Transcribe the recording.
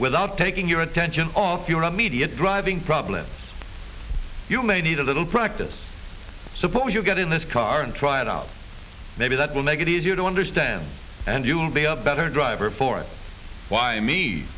without taking your attention off your immediate driving problems you may need a little practice so what you get in this current try it out maybe that will make it easier to understand and you'll be a better driver for it why me